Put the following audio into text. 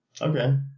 Okay